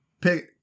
pick